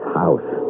house